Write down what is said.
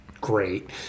great